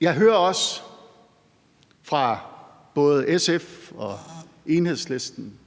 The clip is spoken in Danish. Jeg hører også fra både SF, Enhedslisten,